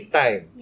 time